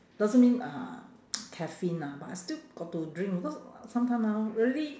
doesn't mean uh caffeine ah but I still got to drink because sometime ah really